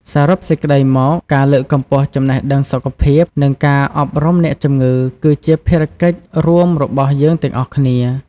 សរុបសេចក្តីមក ការលើកកម្ពស់ចំណេះដឹងសុខភាព និងការអប់រំអ្នកជំងឺគឺជាភារកិច្ចរួមរបស់យើងទាំងអស់គ្នា។